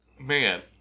Man